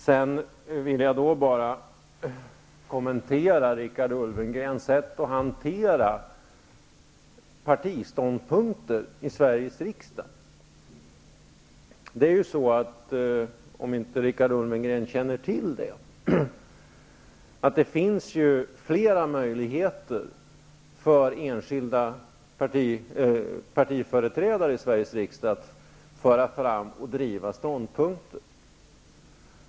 Sedan vill jag kommentera Richard Ulfvengrens sätt att hantera partiståndpunkter i Sveriges riksdag. Det är så, om Richard Ulfvengren inte känner till det, att det finns flera möjligheter för enskilda partiföreträdare i Sveriges riksdag att föra fram och driva ståndpunkter.